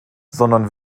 sondern